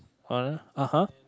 uh (uh huh)